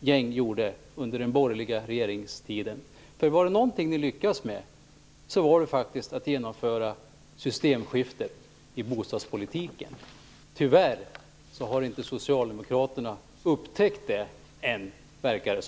gäng gjorde under den borgerliga regeringstiden. Var det någonting ni lyckades med var det faktiskt att genomföra ett systemskifte i bostadspolitiken. Tyvärr har Socialdemokraterna inte upptäckt det ännu, verkar det som.